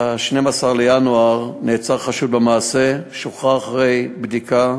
ב-12 בינואר נעצר חשוד במעשה, ושוחרר אחרי בדיקה